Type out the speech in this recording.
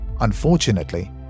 Unfortunately